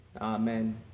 Amen